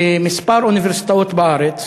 בכמה אוניברסיטאות בארץ